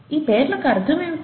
ఈ పేర్లకి అర్థం ఏమిటి